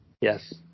yes